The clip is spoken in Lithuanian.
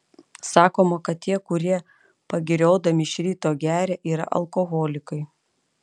sakoma kad tie kurie pagiriodami iš ryto geria yra alkoholikai